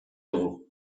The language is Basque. dugu